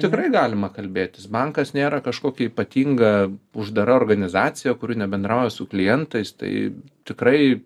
tikrai galima kalbėtis bankas nėra kažkokia ypatinga uždara organizacija kuri nebendrauja su klientais tai tikrai